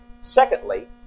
Secondly